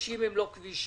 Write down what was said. הכבישים לא כבישים,